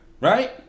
Right